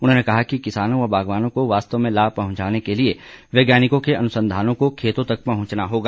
उन्होंने कहा कि किसानों व बागवानों को वास्तव में लाभ पहुंचाने के लिए वैज्ञानिकों के अनुसंधानों को खेतों तक पहुंचना होगा